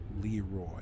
Leroy